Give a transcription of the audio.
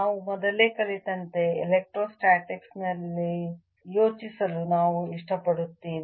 ನಾವು ಮೊದಲೇ ಕಲಿತಂತೆ ಎಲೆಕ್ಟ್ರೋಸ್ಟಾಟಿಕ್ಸ್ನಲ್ಲೂ ಯೋಚಿಸಲು ನಾವು ಇಷ್ಟಪಡುತ್ತೇವೆ